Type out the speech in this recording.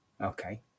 okay